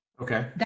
Okay